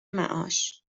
معاش